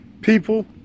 People